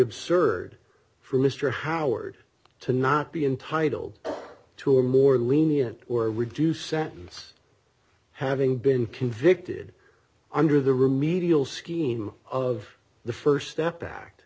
absurd for mr howard to not be entitled to a more lenient or reduced sentence having been convicted under the remedial scheme of the st step bac